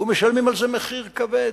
ומשלמים על זה מחיר כבד.